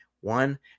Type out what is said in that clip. One